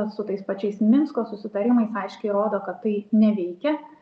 su tais pačiais minsko susitarimais aiškiai rodo kad tai neveikia